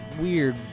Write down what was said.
weird